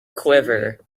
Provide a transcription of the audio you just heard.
quiver